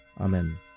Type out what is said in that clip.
Amen